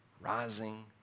rising